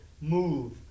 move